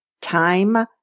Time